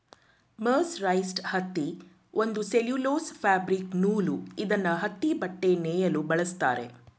mercerised ಹತ್ತಿ ಒಂದು cellulose fabric ನೂಲು ಇದ್ನ ಹತ್ತಿಬಟ್ಟೆ ನೇಯಲು ಬಳಸ್ತಾರೆ